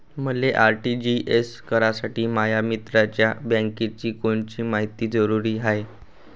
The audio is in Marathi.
मले आर.टी.जी.एस करासाठी माया मित्राच्या बँकेची कोनची मायती जरुरी हाय?